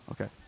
okay